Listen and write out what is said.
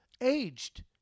aged